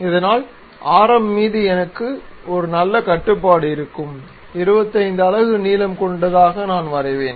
இதனால் ஆரம் மீது எனக்கு நல்ல கட்டுப்பாடு இருக்கும் 25 அலகு நீளம் கொண்டதாக நான் வரைவேன்